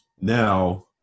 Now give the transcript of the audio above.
now